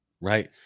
right